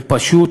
הם פשוט,